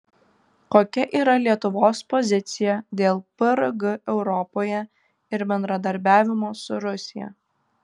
kokia yra lietuvos pozicija dėl prg europoje ir bendradarbiavimo su rusija